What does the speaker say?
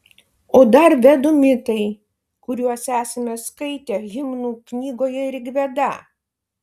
o dar vedų mitai kuriuos esame skaitę himnų knygoje rigveda